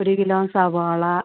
ഒരു കിലോ സവാള